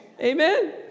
Amen